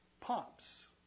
pops